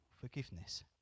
forgiveness